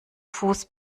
fuß